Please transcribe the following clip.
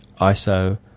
ISO